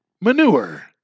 Manure